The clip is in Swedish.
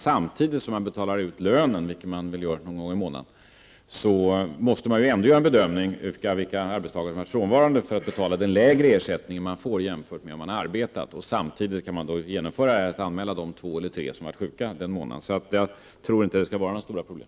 Samtidigt som lönen utbetalas någon gång i månaden måste man ändå se efter vilka arbetstagare som har varit frånvarande för att man skall kunna betala ut den lägre ersättningen. I samband därmed skall de två eller tre som varit sjuka under den aktuella månaden anmälas. Jag tror inte att detta kommer att medföra några större problem.